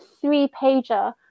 three-pager